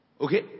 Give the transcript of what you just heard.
Okay